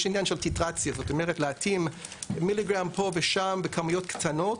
יש עניין להתאים מיליגרם פה ושם בכמויות קטנות,